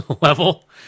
Level